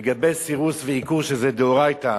לגבי סירוס ועיקור, שזה דאורייתא,